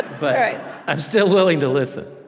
but i'm still willing to listen.